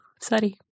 Sorry